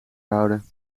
houden